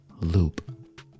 loop